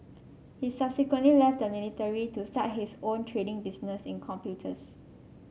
he subsequently left the military to start his own trading business in computers